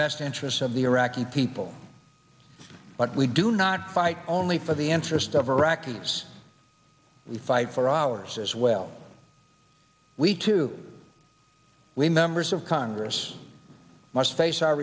best interests of the iraqi people but we do not fight only for the interest of iraqis we fight for ours as well we too we members of congress must face our